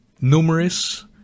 numerous